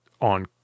on